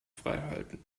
freihalten